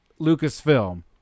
Lucasfilm